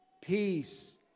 peace